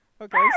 Okay